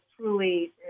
truly